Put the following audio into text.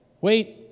wait